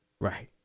Right